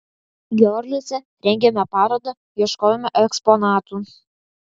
giorlice rengėme parodą ieškojome eksponatų